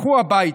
לכו הביתה.